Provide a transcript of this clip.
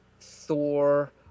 Thor